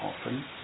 often